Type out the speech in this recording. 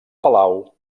palau